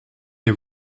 les